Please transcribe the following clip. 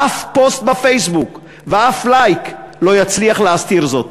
אף פוסט בפייסבוק ואף "לייק" לא יצליח להסתיר זאת.